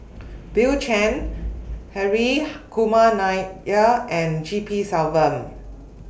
Bill Chen Hri Kumar Nair and G P Selvam